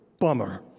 bummer